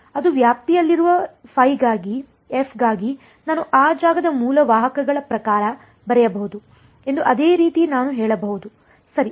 ಅದು ವ್ಯಾಪ್ತಿಯಲ್ಲಿರುವ f ಗಾಗಿ ನಾನು ಆ ಜಾಗದ ಮೂಲ ವಾಹಕಗಳ ಪ್ರಕಾರ ಬರೆಯಬಹುದು ಎಂದು ಅದೇ ರೀತಿ ನಾನು ಹೇಳಬಹುದು ಸರಿ